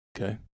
Okay